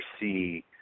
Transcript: see